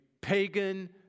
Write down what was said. pagan